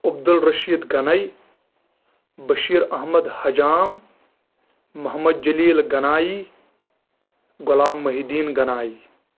Abdul Rashid Ganai Bashir Ahmad Hajam Mohammad Jalil Ganai Ghulam Mohi Uddin Ganai